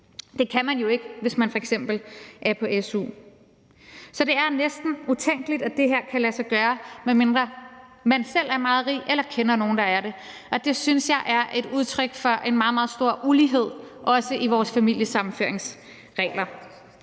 Det kan man jo ikke, hvis man f.eks. er på su. Så det er næsten utænkeligt, at det her kan lade sig gøre, medmindre man selv er meget rig eller kender nogen, der er det. Og det synes jeg er et udtryk for en meget, meget stor ulighed, også i vores familiesammenføringsregler.